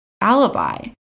alibi